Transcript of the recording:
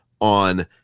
on